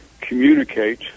communicate